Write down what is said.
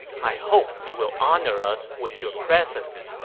i hope you will honor us with your presence.